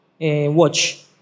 watch